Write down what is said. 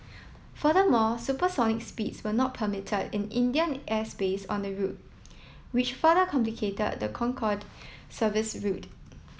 furthermore supersonic speeds were not permit in Indian airspace on the route which further complicated the Concorde service's route